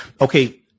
okay